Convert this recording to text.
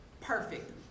perfect